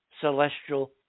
celestial